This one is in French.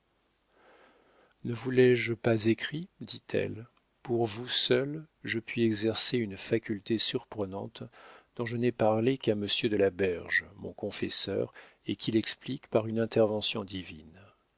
ne vous l'ai-je pas écrit dit-elle pour vous seul je puis exercer une faculté surprenante dont je n'ai parlé qu'à monsieur de la berge mon confesseur et qu'il explique par une intervention divine